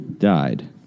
died